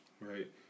right